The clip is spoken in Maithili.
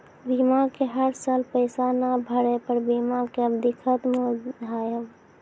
बीमा के हर साल पैसा ना भरे पर बीमा के अवधि खत्म हो हाव हाय?